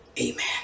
amen